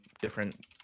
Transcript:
different